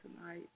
tonight